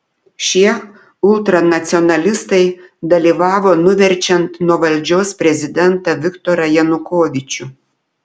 šie ultranacionalistai dalyvavo nuverčiant nuo valdžios prezidentą viktorą janukovyčių